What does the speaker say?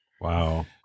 Wow